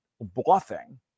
bluffing